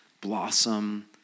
blossom